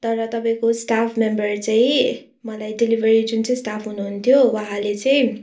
तर तपाईँको staff member चाहिँ मलाई डेलिभेरी जुन चाहिँ स्टाफ हुनुहुन्थ्यो उहाँले चाहिँ